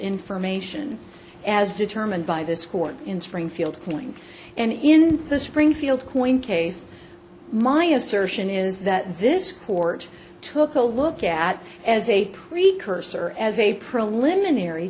information as determined by this court in springfield killing and in the springfield coin case my assertion is that this court took a look at as a precursor as a preliminary